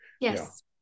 Yes